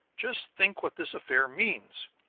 just think what this affair means!